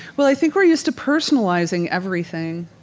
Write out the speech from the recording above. well, i think we're used to personalizing everything.